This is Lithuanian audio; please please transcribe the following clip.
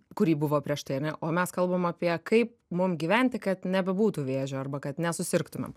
kuri buvo prieš tai ane o mes kalbam apie kaip mum gyventi kad nebebūtų vėžio arba kad nesusirgtumėm